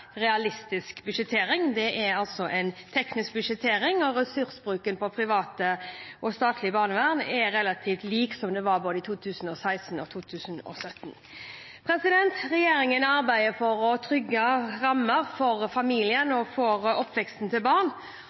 realistisk budsjettering. Det er altså en teknisk budsjettering, og ressursbruken på privat og statlig barnevern er relativt lik det den var både i 2016 og i 2017. Regjeringen arbeider for trygge rammer for familiene og for oppveksten til barn.